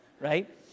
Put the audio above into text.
right